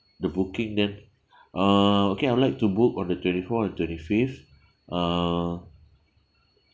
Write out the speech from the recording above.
the booking then uh okay I'll like to book on the twenty fourth and twenty fifth uh